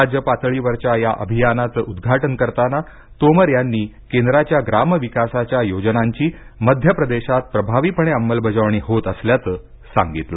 राज्यपातळीवरच्या या अभियानाच उद्घाटन करताना तोमर यांनीकेंद्राच्या ग्रामविकासाच्या योजनांची मध्य प्रदेशात प्रभावीपणे अंमल बजावणी होत असल्याचं सांगितलं